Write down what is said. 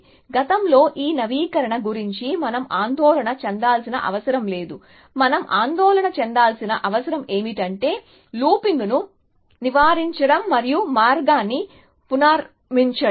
కాబట్టి గతంలోని ఈ నవీకరణ గురించి మనం ఆందోళన చెందాల్సిన అవసరం లేదు మనం ఆందోళన చెందాల్సిన అవసరం ఏమిటంటే లూపింగ్ను నివారించడం మరియు మార్గాన్ని పునర్నిర్మించడం